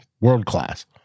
World-class